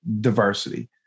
diversity